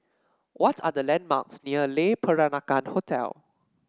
what are the landmarks near Le Peranakan Hotel